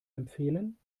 empfehlen